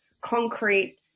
concrete